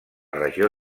regió